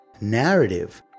narrative